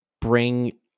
bring